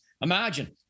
imagine